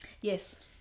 Yes